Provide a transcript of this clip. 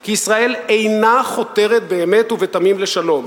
כי ישראל אינה חותרת באמת ובתמים לשלום.